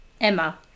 emma